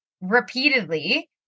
repeatedly